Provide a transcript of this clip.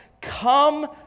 Come